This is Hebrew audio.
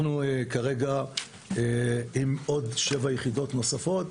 אנחנו כרגע עם עוד שבע יחידות נוספות,